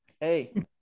hey